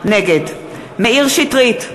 נגד מאיר שטרית,